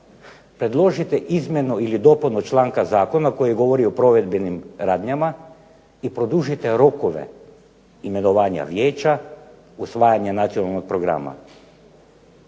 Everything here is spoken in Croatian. predložite izmjenu ili dopunu članka zakona koji govori o provedbenim radnjama i produžite rokove imenovanja vijeća, usvajanje nacionalnog program.